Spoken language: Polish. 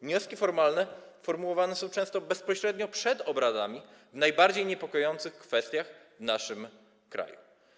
Wnioski formalne formułowane są często bezpośrednio przed obradami w najbardziej niepokojących kwestiach w naszym kraju.